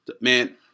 man